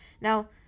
Now